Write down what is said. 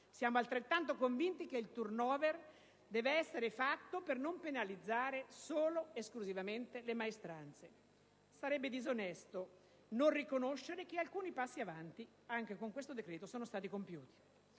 siamo altrettanto convinti che debba essere realizzato un *turnover,* per non penalizzare solo ed esclusivamente le maestranze. Sarebbe disonesto non riconoscere che alcuni passi avanti anche con questo decreto sono stati compiuti.